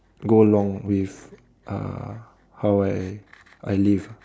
go along with uh how I I live ah